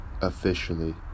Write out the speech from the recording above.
officially